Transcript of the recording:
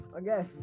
Okay